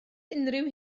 unrhyw